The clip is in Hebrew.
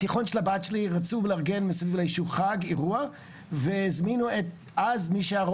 התיכון של הבת שלי רצה לארגן סביב איזשהו חג אירוע והזמינו את מי שהיה